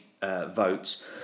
votes